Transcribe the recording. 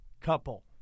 couple